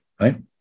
right